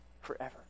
forever